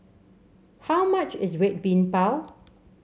how much is Red Bean Bao